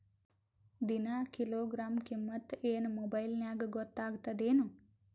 ದಿನಾ ಕಿಲೋಗ್ರಾಂ ಕಿಮ್ಮತ್ ಏನ್ ಮೊಬೈಲ್ ನ್ಯಾಗ ಗೊತ್ತಾಗತ್ತದೇನು?